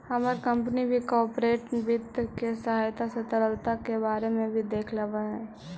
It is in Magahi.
हमर कंपनी भी कॉर्पोरेट वित्त के सहायता से तरलता के बारे में भी देख लेब हई